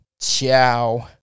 Ciao